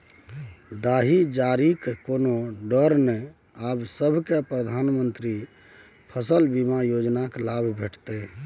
दाही जारीक कोनो डर नै आब सभकै प्रधानमंत्री फसल बीमा योजनाक लाभ भेटितै